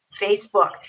Facebook